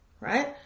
Right